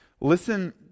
Listen